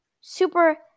super